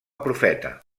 profeta